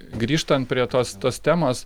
grįžtant prie tos tos temos